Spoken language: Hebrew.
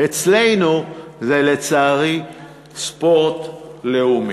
אצלנו זה לצערי ספורט לאומי.